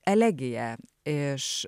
elegija iš